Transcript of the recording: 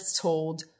told